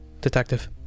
Detective